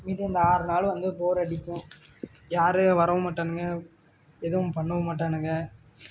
மீதி அந்த ஆறு நாளும் வந்து போர் அடிக்கும் யாரும் வரவும் மாட்டானுங்க எதுவும் பண்ணவும் மாட்டானுங்க